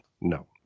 no